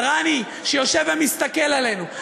על רני שיושב ומסתכל עלינו,